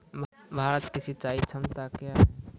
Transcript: भारत की सिंचाई क्षमता क्या हैं?